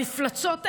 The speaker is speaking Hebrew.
למפלצות האלה,